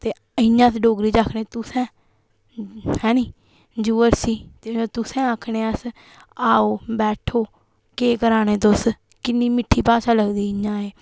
ते इयां अस डोगरी च आक्खने तुसें हैनी योउर सी ते तुसें आक्खने अस आओ बैठो केह् करा ने तुस किन्नी मिट्ठी भाशा लगदी इयां